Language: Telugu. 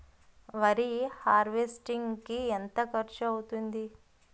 వరి హార్వెస్టింగ్ కి ఎంత ఖర్చు అవుతుంది?